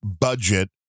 budget